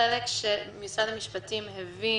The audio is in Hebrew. החלק שמשרד המשפטים הביא